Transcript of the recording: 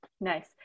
Nice